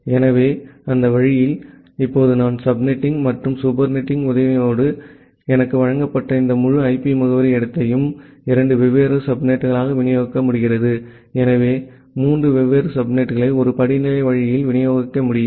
எனவே அந்த வழியில் இப்போது நான் சப்நெட்டிங் மற்றும் சூப்பர்நெட்டிங் உதவியுடன் எனக்கு வழங்கப்பட்ட இந்த முழு ஐபி முகவரி இடத்தையும் இரண்டு வெவ்வேறு சப்நெட்களாக விநியோகிக்க முடிகிறது எனவே மூன்று வெவ்வேறு சப்நெட்டுகளை ஒரு படிநிலை வழியில் விநியோகிக்க முடியும்